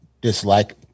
dislike